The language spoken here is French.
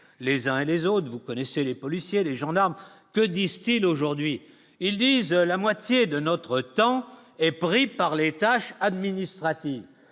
les uns les autres vous connaissez les policiers et les gendarmes, que disent-ils aujourd'hui, ils disent la moitié de notre temps et pris par les tâches administratives,